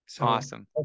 Awesome